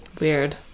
Weird